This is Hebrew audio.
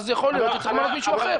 אז יכול להיות שצריך למנות מישהו אחר.